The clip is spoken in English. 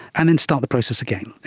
and then start the process again.